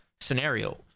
scenario